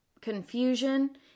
confusion